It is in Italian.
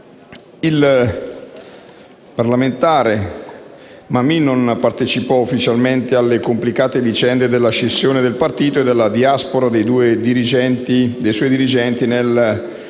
Il parlamentare Mammì non partecipò ufficialmente alle complicate vicende delle scissioni del partito e della diaspora dei suoi dirigenti nel centrodestra